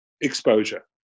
exposure